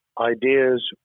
Ideas